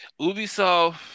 Ubisoft